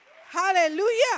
Hallelujah